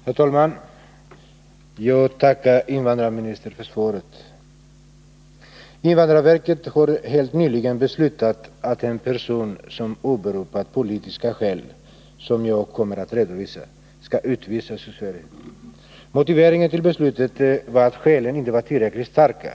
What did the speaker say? å : LE z Fredagen den Herr FINE Jag tackar invandrarministern för SvareC NVS verket 5:décember 1980 har helt nyligen beslutat att Säperson som åberopat politiska skäl, som jag kommer att redovisa, skall utvisas ur Sverige. Motiveringen till beslutet var att skälen inte var tillräckligt starka.